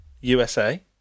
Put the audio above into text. USA